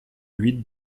huit